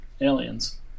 aliens